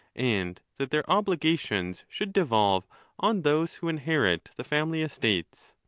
and that their obliga tions should devolve on those who inherit the family estates.